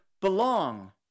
belong